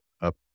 up